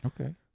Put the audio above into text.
Okay